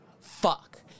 Fuck